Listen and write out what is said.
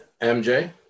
mj